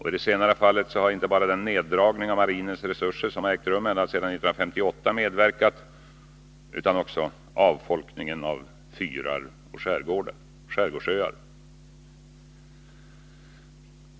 I det senare fallet har inte bara den neddragning av marinens resurser som har ägt rum ända sedan 1958 medverkat utan också avfolkningen av fyrar och skärgårdsöar.